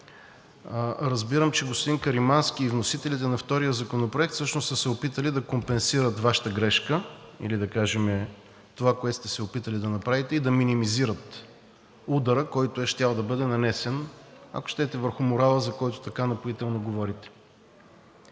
Разбирам, че господин Каримански и вносителите на втория законопроект всъщност са се опитали да компенсират Вашата грешка или да кажем това, което сте се опитали да направите, и да минимизират удара, който е щял да бъде нанесен, ако щете върху морала, за който така напоително говорите.